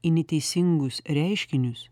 į neteisingus reiškinius